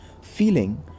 feeling